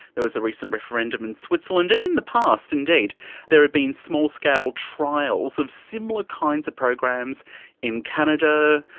there was a recent referendum in switzerland, and in the past indeed there had been small scale trials of similar kinds of programs in canada,